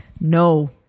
No